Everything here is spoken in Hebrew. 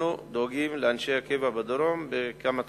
אנחנו דואגים לאנשי הקבע בדרום בכמה תחומים.